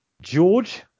George